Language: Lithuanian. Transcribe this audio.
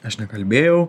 aš nekalbėjau